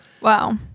Wow